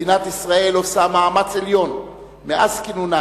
מדינת ישראל עושה מאמץ עליון מאז כינונה